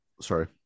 Sorry